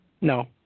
No